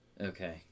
Okay